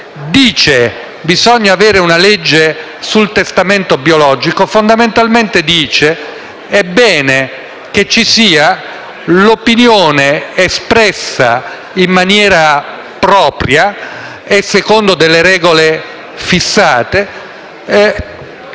dice che bisogna avere una legge sul testamento biologico, fondamentalmente afferma che è bene che ci sia l'opinione espressa in maniera propria e secondo delle regole fissate di